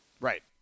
Right